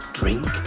drink